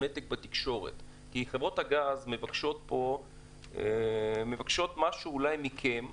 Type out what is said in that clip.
נתק בתקשורת כי חברות הגז מבקשות משהו מכם,